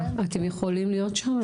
אתם יכולים להיות שם?